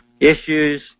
issues